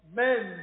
men